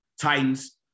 Titans